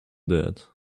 that